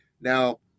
Now